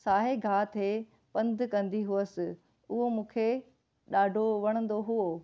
साए ॻाह ते पंधु कंदी हुअसि उहो मुखे ॾाढो वणंदो हुओ